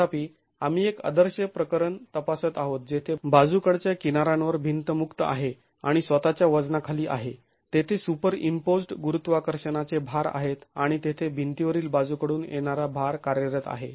तथापि आम्ही एक आदर्श प्रकरण तपासत आहोत जेथे बाजूकडच्या किनारांवर भिंत मुक्त आहे आणि स्वतःच्या वजनाखाली आहे आणि तेथे सुपरईम्पोज्ड् गुरुत्वाकर्षणाचे भार आहेत आणि तेथे भिंतीवर बाजूकडून येणारा भार कार्यरत आहे